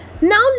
Now